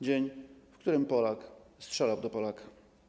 Dzień, w którym Polak strzelał do Polaka.